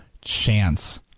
chance